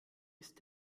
ist